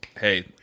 hey